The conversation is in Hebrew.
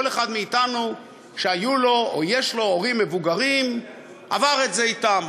כל אחד מאתנו שהיו לו או יש לו הורים מבוגרים עבר את זה אתם,